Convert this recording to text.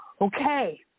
Okay